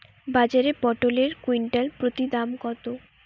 বাজারে পটল এর কুইন্টাল প্রতি দাম কত?